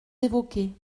évoquez